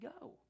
go